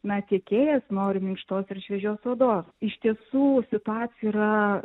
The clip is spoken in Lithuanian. na tiekėjas nori minkštos ir šviežios odos iš tiesų situacija yra